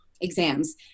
exams